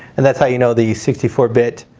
and that's how you know the sixty four bit